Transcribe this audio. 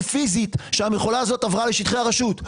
פיזית שהמכולה הזו עברה לשטחי הרשות,